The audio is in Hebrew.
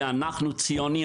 כי אנחנו ציונים,